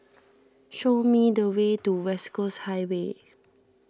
show me the way to West Coast Highway